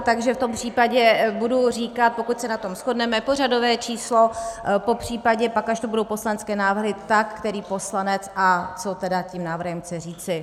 Takže v tom případě budu říkat, pokud se na tom shodneme, pořadové číslo, popřípadě pak, až to budou poslanecké návrhy, tak který poslanec a co tedy tím návrhem chce říci.